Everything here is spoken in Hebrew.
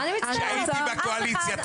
כשהייתי בקואליציה.